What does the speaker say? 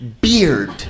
beard